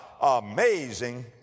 amazing